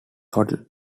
hotel